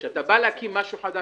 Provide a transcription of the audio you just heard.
כאשר אתה בא להקים משהו חדש,